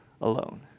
alone